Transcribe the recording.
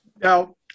Now